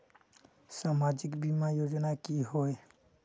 सामाजिक बीमा योजना की होय?